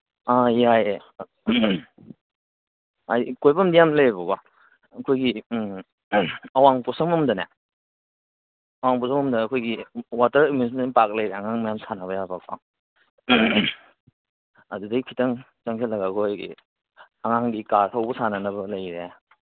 ꯑ ꯌꯥꯏꯌꯦ ꯀꯣꯏꯕꯝꯗꯤ ꯌꯥꯝ ꯂꯩꯌꯦꯕꯀꯣ ꯑꯩꯈꯣꯏꯒꯤ ꯑꯋꯥꯡ ꯄꯣꯠꯁꯪꯕꯝꯗꯅꯦ ꯑꯩꯈꯣꯏꯒꯤ ꯋꯥꯇꯔ ꯑꯦꯃ꯭ꯌꯨꯁꯃꯦꯟ ꯄꯥꯛ ꯂꯩꯔꯦ ꯑꯉꯥꯡ ꯃꯌꯥꯝ ꯁꯥꯟꯅꯕ ꯌꯥꯕꯀꯣ ꯑꯗꯩ ꯈꯤꯇꯪ ꯆꯪꯖꯜꯂꯒ ꯑꯩꯈꯣꯏꯒꯤ ꯑꯉꯥꯡꯒꯤ ꯀꯥꯔ ꯊꯧꯕ ꯁꯥꯟꯅꯅꯕ ꯂꯩꯔꯦ